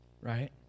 Right